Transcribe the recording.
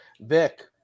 Vic